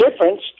difference